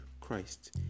christ